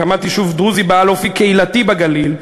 הקמת יישוב דרוזי בעל אופי קהילתי בגליל,